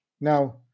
now